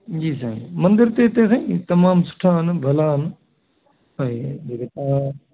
जी साईं मंदर त हिते साईं तमामु सुठा आहिनि भला आहिनि ऐं जीअं त